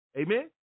Amen